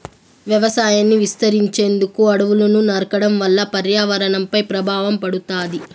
వ్యవసాయాన్ని విస్తరించేందుకు అడవులను నరకడం వల్ల పర్యావరణంపై ప్రభావం పడుతాది